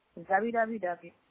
www